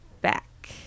back